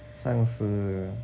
上司